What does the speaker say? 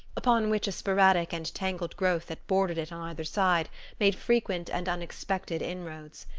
upon which a sporadic and tangled growth that bordered it on either side made frequent and unexpected inroads.